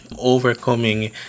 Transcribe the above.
overcoming